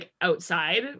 outside